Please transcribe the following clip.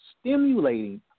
stimulating